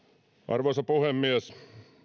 arvoisa puhemies